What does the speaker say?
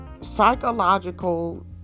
psychological